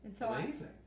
amazing